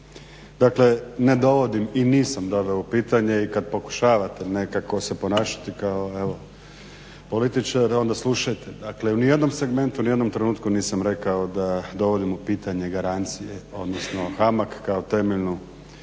Dakle, ne dovodim i nisam doveo u pitanje i kad pokušavate nekako se ponašati kao evo političar onda slušajte. Dakle, u nijednom segmentu u nijednom trenutku nisam rekao da dovodim u pitanje garancije, odnosno HAMAG kao temeljnu